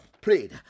prayed